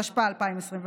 התשפ"א 2021,